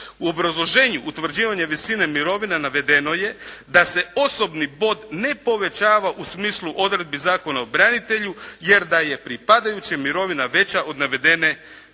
U obrazloženju utvrđivanje visine mirovine navedeno je da se osobni bod ne povećava u smislu odredbi Zakona o branitelju, jer da je pripadajućem mirovina veća od navedene,